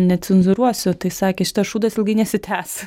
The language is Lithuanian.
necenzūruosiu tai sakė šitas šūdas ilgai nesitęs